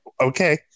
okay